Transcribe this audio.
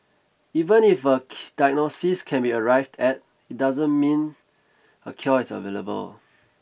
even if a diagnosis can be arrived at it doesn't mean a cure is available